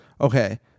okay